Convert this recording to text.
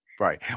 Right